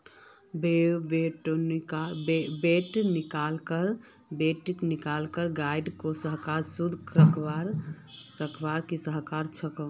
botanical गार्डनो शहरक शुद्ध रखवार के सहायक ह छेक